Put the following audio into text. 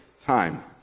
time